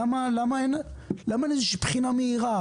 למה אין איזושהי בחינה מהירה,